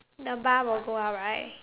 the bar will go up right